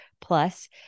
plus